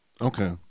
Okay